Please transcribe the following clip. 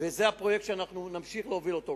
וזה הפרויקט שאנחנו נמשיך להוביל אותו.